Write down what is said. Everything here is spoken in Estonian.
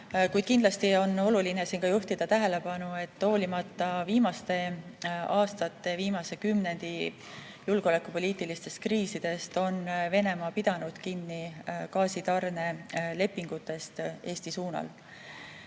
Kuid kindlasti on oluline juhtida tähelepanu, et hoolimata viimaste aastate, viimase kümnendi julgeolekupoliitilistest kriisidest, on Venemaa pidanud kinni gaasitarnelepingutest Eesti suunal.